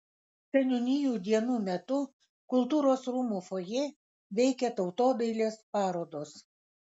seniūnijų dienų metu kultūros rūmų fojė veikė tautodailės parodos